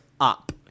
up